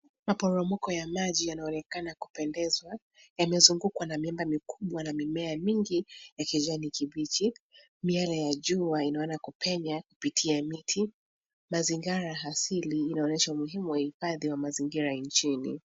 Maporomoko ya maji yanaonekana kupendezwa. Yamezungukwa na miamba mikubwa na mimea mingi ya kijani kibichi. Miale ya jua inaona kupenya kupitia miti. Mazingara asili inaonyesha umuhimu wa uhifadhi mazingira nchini.